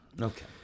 okay